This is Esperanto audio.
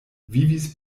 vivis